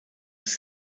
was